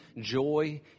joy